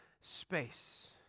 space